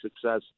success